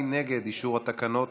מי נגד אישור התקנות?